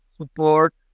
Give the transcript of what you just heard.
support